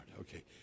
okay